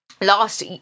last